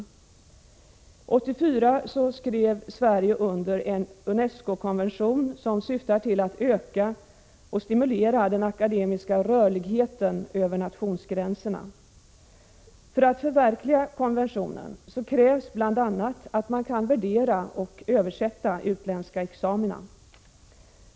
1984 skrev Sverige under en UNESCO-konvention, som syftar till att öka och stimulera den akademiska rörligheten över nationsgränserna. För att förverkliga konventionen krävs bl.a. att man kan värdera och översätta utländska examina.